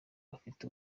bafite